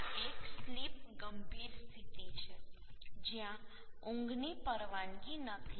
આ એક સ્લિપ ગંભીર સ્થિતિ છે જ્યાં ઊંઘની પરવાનગી નથી